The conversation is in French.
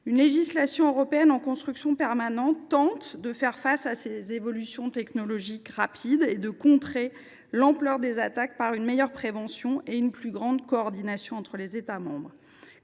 Une législation européenne en construction permanente tente de faire face à ces évolutions technologiques rapides et de contrer les attaques d’ampleur par une meilleure prévention et une plus grande coordination entre les États membres.